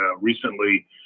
recently